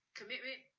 commitment